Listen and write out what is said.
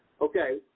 Okay